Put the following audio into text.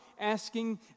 asking